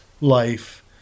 life